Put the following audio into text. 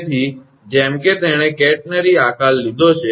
તેથી જેમ કે તેણે કેટરનરી આકાર લીધો છે